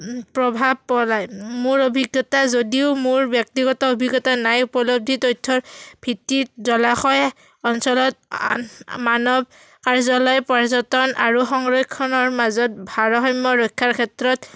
প্ৰভাৱ পেলায় মোৰ অভিজ্ঞতা যদিও মোৰ ব্যক্তিগত অভিজ্ঞতা নাই উপলব্ধি তথ্যৰ ভিত্তিত জলাশয় অঞ্চলত আন মানৱ কাৰ্যালয় পৰ্যটন আৰু সংৰক্ষণৰ মাজত ভাৰসম্য ৰক্ষাৰ ক্ষেত্ৰত